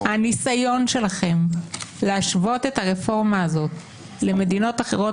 הניסיון שלכם להשוות את הרפורמה הזאת למדינות אחרות,